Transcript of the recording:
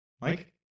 Mike